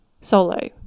solo